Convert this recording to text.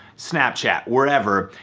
snapchat, wherever,